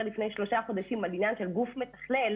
לפני שלושה חודשים על עניין של גוף מתכלל,